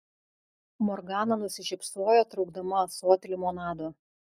morgana nusišypsojo traukdama ąsotį limonado